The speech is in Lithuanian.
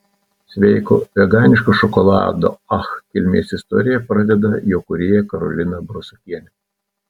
sveiko veganiško šokolado ach kilmės istoriją pradeda jo kūrėja karolina brusokienė